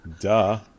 Duh